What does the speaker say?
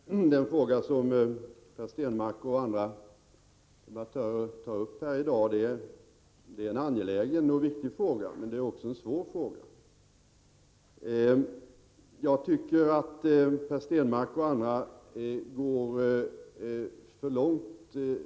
Herr talman! Den fråga som Per Stenmarck och de andra debattörerna tar upp här i dag är angelägen och viktig, men det är också en svår fråga. Jag tycker att Per Stenmarck och de andra deltagarna i debatten går för långt.